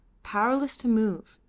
powerless to move,